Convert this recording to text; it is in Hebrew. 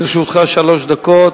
לרשותך שלוש דקות.